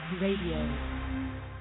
Radio